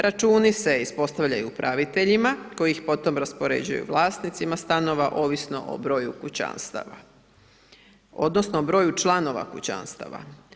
Računi se ispostavljaju upraviteljima koji ih potom raspoređuju vlasnicima stanova ovisno o broju kućanstva, odnosno o broj članova kućanstva.